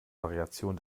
variation